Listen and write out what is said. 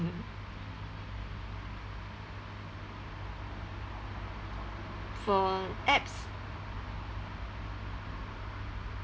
for apps